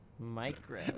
Micro